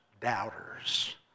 doubters